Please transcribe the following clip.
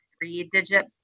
three-digit